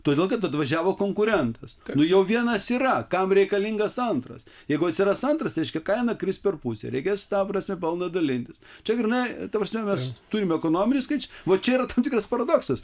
todėl kad atvažiavo konkurentas nu jau vienas yra kam reikalingas antras jeigu atsiras antras reiškia kaina kris per pusę reikės ta prasme pelną dalintis čia grynai ta prasme mes turime ekonominių skaičių va čia yra tam tikras paradoksas